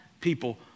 people